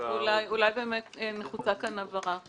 אולי באמת נחוצה הבהרה.